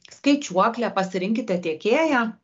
skaičiuoklė pasirinkite tiekėją